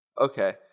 Okay